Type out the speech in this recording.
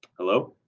hello?